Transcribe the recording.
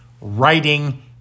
writing